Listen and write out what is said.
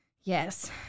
Yes